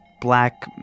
black